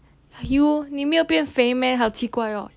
you 你没有变肥 meh 好奇怪哦